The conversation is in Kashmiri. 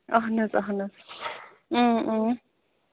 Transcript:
اَہن حظ اَہن حظ